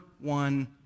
one